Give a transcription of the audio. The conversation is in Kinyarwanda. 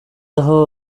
aho